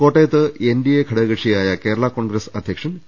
കോട്ടയത്ത് എൻഡിഎ ഘടകകക്ഷിയായ കേരളാ കോൺഗ്രസ് അധ്യക്ഷൻ പി